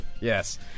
Yes